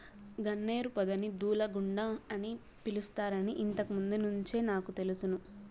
గన్నేరు పొదని దూలగుండ అని పిలుస్తారని ఇంతకు ముందు నుంచే నాకు తెలుసును